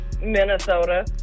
Minnesota